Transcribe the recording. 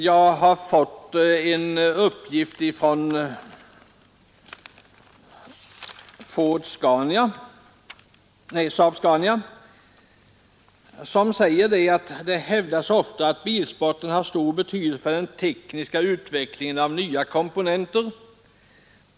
Jag har dock fått en del uppgifter från SAAB-Scania, där det bl.a. heter: Det hävdas ofta att bilsporten har stor betydelse för den tekniska utvecklingen av nya komponenter.